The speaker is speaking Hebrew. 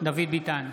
דוד ביטן,